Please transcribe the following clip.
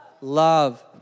love